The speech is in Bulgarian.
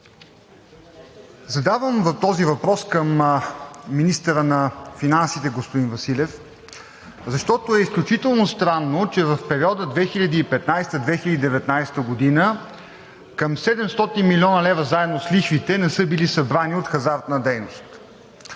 Задавам този въпрос към министъра на финансите господин Василев, защото е изключително странно, че в периода 2015 – 2019 г. към 700 млн. лв. заедно с лихвите не са били събрани от хазартна дейност.